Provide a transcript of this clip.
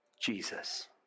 Jesus